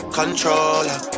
controller